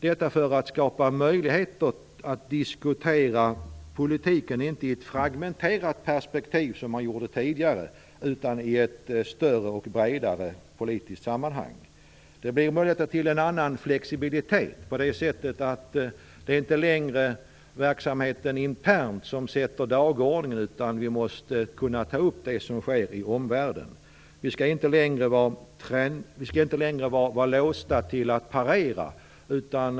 Det skall skapa möjligheter att diskutera politiken inte i ett fragmenterat perspektiv som man gjorde tidigare, utan i ett större och bredare politiskt sammanhang. Det kommer att bli möjlighet till en annan flexibilitet på det sättet att det inte längre är den interna verksamheten som sätter dagordningen. Vi måste också kunna ta upp det som sker i omvärlden. Vi skall inte längre vara låsta till att parera.